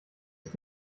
ist